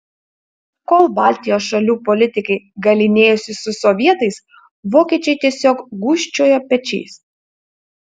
kol baltijos šalių politikai galynėjosi su sovietais vokiečiai tiesiog gūžčiojo pečiais